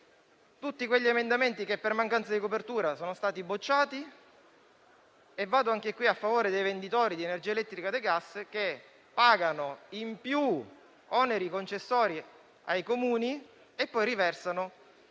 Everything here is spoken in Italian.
tutti gli emendamenti che per mancanza di copertura sono stati bocciati e vado anche qui a favore dei venditori di energia elettrica e gas che pagano in più oneri concessori ai Comuni, riversando